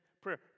prayer